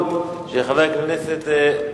(הרחבת התחולה על מוסדות נוספים),